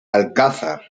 alcázar